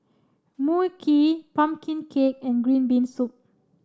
Mui Kee pumpkin cake and green bean soup